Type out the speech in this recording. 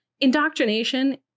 Indoctrination